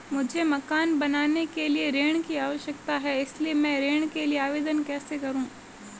मुझे मकान बनाने के लिए ऋण की आवश्यकता है इसलिए मैं ऋण के लिए आवेदन कैसे करूं?